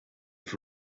have